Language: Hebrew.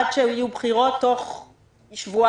עד שיהיו בחירות תוך שבועיים.